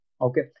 Okay